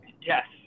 Yes